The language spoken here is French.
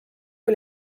que